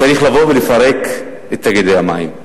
צריך לבוא ולפרק את תאגידי המים.